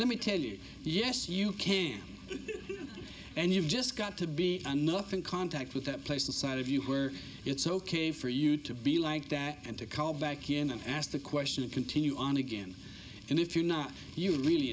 let me tell you yes you can and you've just got to be enough in contact with that place inside of you where it's ok for you to be like that and to call back in and ask the question and continue on again and if you're not you really